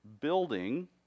building